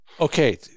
Okay